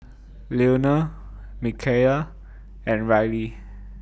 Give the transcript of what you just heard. Leonel Micayla and Riley